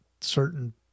certain